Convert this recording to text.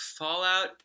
fallout